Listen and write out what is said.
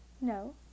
No